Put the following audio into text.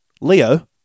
Leo